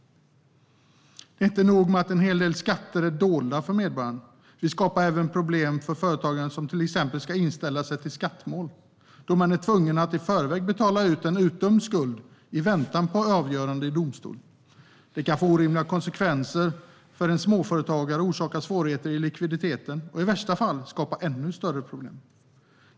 Det är inte nog med att en hel del skatter är dolda för medborgaren. Vi skapar även problem för en företagare som till exempel ska inställa sig till skattemål, då man är tvungen att i förväg betala en utdömd skuld i väntan på avgörande i domstol. Det kan få orimliga konsekvenser för en småföretagare och orsaka svårigheter med likviditeten och i värsta fall skapa ännu större problem.